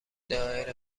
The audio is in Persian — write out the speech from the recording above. دائره